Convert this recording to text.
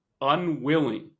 unwilling